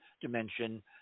dimension